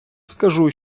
скажу